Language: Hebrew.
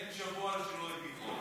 אין שבוע שהוא לא העביר חוק.